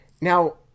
now